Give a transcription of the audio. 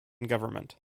government